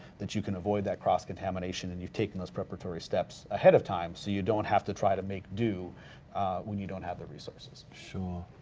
that you can avoid that cross contamination and you've taken those preparatory steps ahead of time so you don't have to try to make do when you don't have the resources. sure,